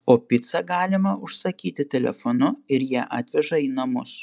o picą galima užsakyti telefonu ir ją atveža į namus